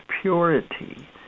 purity